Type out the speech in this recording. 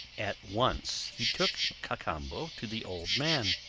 at once he took cacambo to the old man.